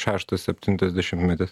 šeštas septintas dešimtmetis